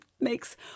makes